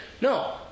no